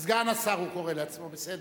סגן השר, הוא קורא לעצמו, בסדר.